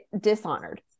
dishonored